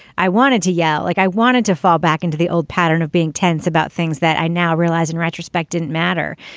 i wanted to yell like i wanted to fall back into the old pattern of being tense about things that i now realize in retrospect didn't matter.